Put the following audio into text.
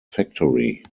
factory